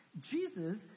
Jesus